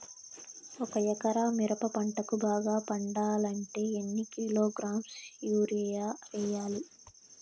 ఒక ఎకరా మిరప పంటకు బాగా పండాలంటే ఎన్ని కిలోగ్రామ్స్ యూరియ వెయ్యాలి?